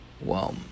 wow